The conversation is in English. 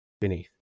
beneath